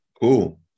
cool